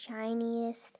shiniest